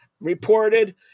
reported